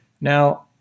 Now